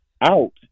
out